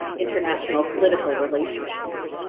international political relationships.